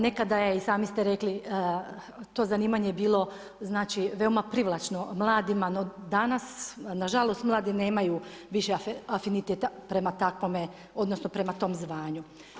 Nekada je, i sami ste rekli, to zanimanje bilo veoma privlačno, mladima danas, nažalost, mladi nemaju više afiniteta prema takvome odnosno prema tom zvanju.